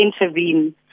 intervene